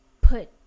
put